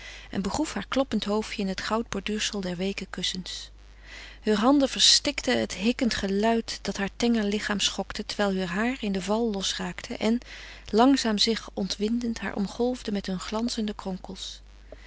en begroef haar kloppend hoofdje in het goudborduursel der weeke kussens heur handen verstikten het hikkend gehuil dat haar tenger lichaam schokte terwijl heur haren in den val losraakten en langzaam zich ontwindend haar omgolfden met hun glanzende kronkels